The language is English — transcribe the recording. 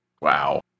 Wow